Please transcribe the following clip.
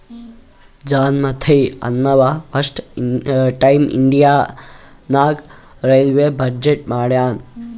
John Mathai ಅಂನವಾ first time India ನಾಗ್ railway budget ಮಾಡ್ಯಾನ್